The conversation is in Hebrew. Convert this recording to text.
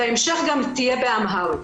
בהמשך היא גם תהיה באמהרית.